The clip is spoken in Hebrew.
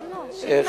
לא דיון, זו שאלה.